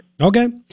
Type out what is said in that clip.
okay